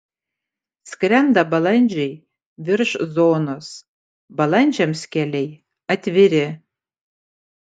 skrenda balandžiai virš zonos balandžiams keliai atviri